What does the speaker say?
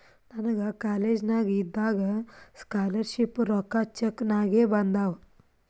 ನನಗ ಕಾಲೇಜ್ನಾಗ್ ಇದ್ದಾಗ ಸ್ಕಾಲರ್ ಶಿಪ್ ರೊಕ್ಕಾ ಚೆಕ್ ನಾಗೆ ಬಂದಾವ್